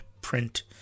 print